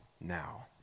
now